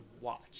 watch